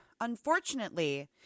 unfortunately